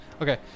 Okay